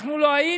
אנחנו לא היינו?